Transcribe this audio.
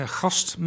gast